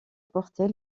porter